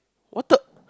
what the